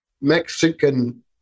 Mexican